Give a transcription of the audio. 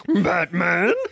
Batman